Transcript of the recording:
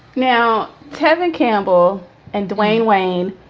now, kevin campbell and dwayne dwayne.